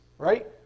right